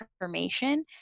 information